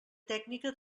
tècnica